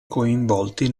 coinvolti